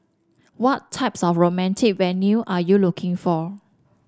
what types of romantic venue are you looking for